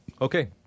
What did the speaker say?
Okay